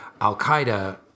Al-Qaeda